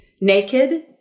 naked